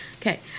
Okay